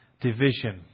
division